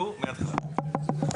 מתנצלת.